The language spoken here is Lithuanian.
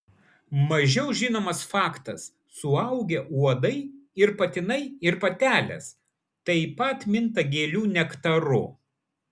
mažiau žinomas faktas suaugę uodai ir patinai ir patelės taip pat minta gėlių nektaru